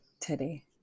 today